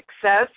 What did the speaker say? Success